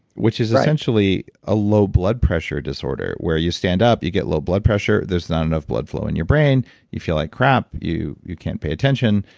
which is essentially a low blood pressure disorder where you stand up, you get low blood pressure. there's not enough blood flow in your brain you feel like crap, you you can't pay attention.